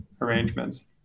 arrangements